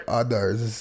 others